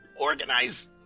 organize